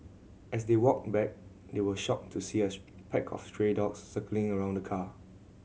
as they walked back they were shocked to see pack of stray dogs circling around the car